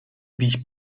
bić